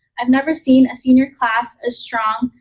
i've never seen a senior class as strong,